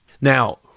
Now